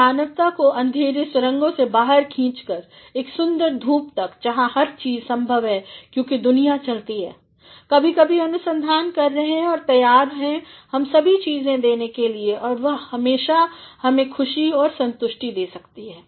और मानवता को अँधेरे सुरंगों से बाहर खीच रहे हैं सुन्दर धुप तक जहाँ हर चीज़ संभव है क्योंकि दुनिया चलती है कभी कभी अनुसंधान कर रही है और तैयार है हमें सभी चीज़ें देने के लिए और वह हमें बहुत खुशी और संतुष्टि दे सकती है